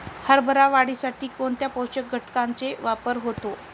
हरभरा वाढीसाठी कोणत्या पोषक घटकांचे वापर होतो?